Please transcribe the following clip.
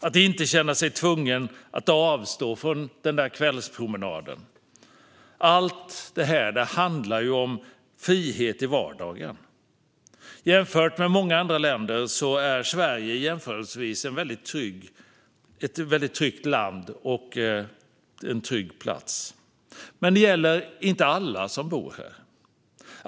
Att inte känna sig tvungen att avstå från den där kvällspromenaden - allt sådant handlar om frihet i vardagen. Jämfört med många andra länder är Sverige ett tryggt land. Men det gäller inte alla som bor här.